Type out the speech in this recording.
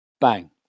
bang